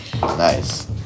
Nice